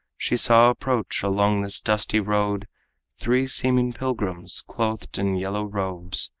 she saw approach along this dusty road three seeming pilgrims, clothed in yellow robes,